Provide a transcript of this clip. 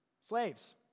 Slaves